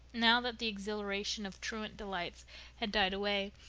now that the exhilaration of truant delights had died away,